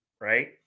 Right